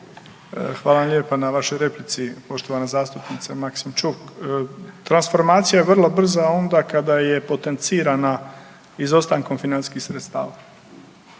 Hvala vam lijepa na vašoj replici poštovana zastupnice Maksimčuk. Transformacija je vrlo brza onda kada je potencirana izostankom financijskih sredstava.